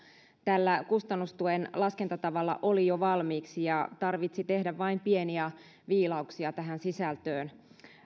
tällä kustannustuen laskentatavalla oli jo valmiiksi hyvä lähtökohta ja tarvitsi tehdä vain pieniä viilauksia tähän sisältöön